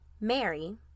Mary